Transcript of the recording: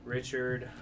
Richard